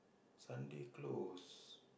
Sunday close